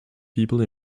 people